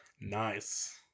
Nice